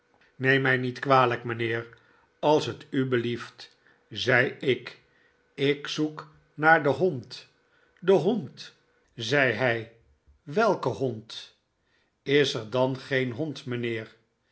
neem mij niet kwalijk mijnheer als het u belieft zei ik ik zoek naar den hond den hond zei hij welken hond is het dan geen hond mijnheer